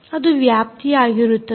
ಅದು ವ್ಯಾಪ್ತಿಯಾಗಿರುತ್ತದೆ